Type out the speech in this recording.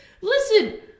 listen